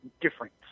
different